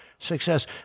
Success